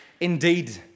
Indeed